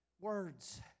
words